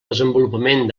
desenvolupament